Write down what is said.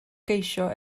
geisio